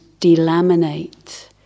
delaminate